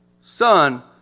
son